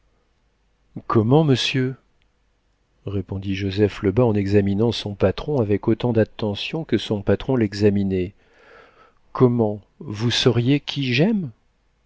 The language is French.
comment monsieur répondit joseph lebas en examinant son patron avec autant d'attention que son patron l'examinait comment vous sauriez qui j'aime